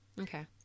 Okay